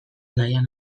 nahian